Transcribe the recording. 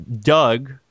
Doug